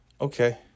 Okay